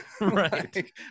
Right